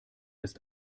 ist